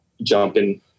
jumping